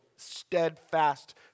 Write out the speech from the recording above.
steadfast